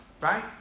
right